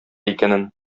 икәнен